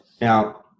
Now